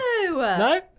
no